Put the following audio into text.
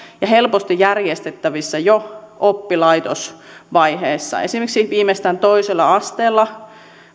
ja helposti järjestettävissä jo oppilaitosvaiheessa esimerkiksi viimeistään toisella asteella